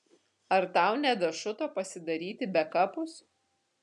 ar tau nedašuto pasidaryti bekapus